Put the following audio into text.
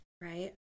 Right